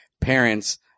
parents